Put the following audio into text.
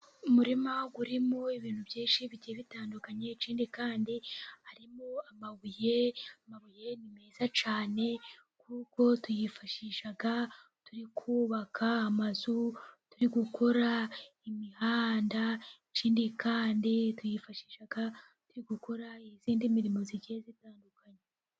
Umurima urimo ibintu byinshi bigiye bitandukanye, ikindi kandi harimo amabuye. Amabuye ni meza cyane, kuko tuyifashisha turi kubaka amazu, turi gukora imihanda, kandi tuyifashishaga turi gukora indi mirimo igiye itandukanye.